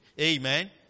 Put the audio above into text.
Amen